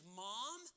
mom